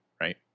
right